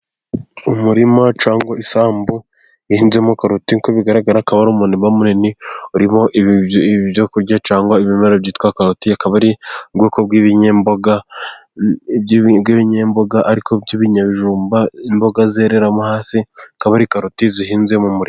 Umurima cyangwa isambu ihinzemo karoti. Uko bigaragara akaba ari umurima munini urimo ibyo kurya cyangwa ibimera byitwa karoti. Akaba ari ubwoko bw'ibinyamboga ariko by'ibinyabijumba. Imboga zereramo hasi . Akaba ari karoti zihinze mu murima.